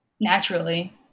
naturally